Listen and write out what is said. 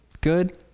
good